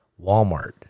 Walmart